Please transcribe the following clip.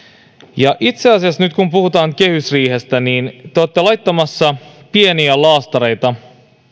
menoja itse asiassa nyt kun puhutaan kehysriihestä te olette laittamassa pieniä laastareita